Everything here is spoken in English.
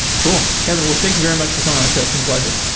cool. kevin, well, thank you very much for coming on the show. it's been pleasure.